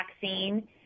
vaccine